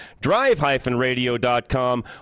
drive-radio.com